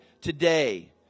Today